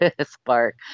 spark